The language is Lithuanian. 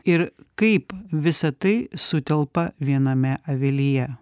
ir kaip visa tai sutelpa viename avilyje